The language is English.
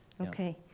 Okay